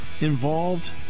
involved